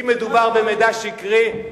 אם מדובר במידע שקרי,